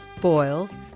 boils